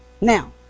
Now